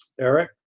Eric